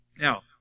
Now